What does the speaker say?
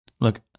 look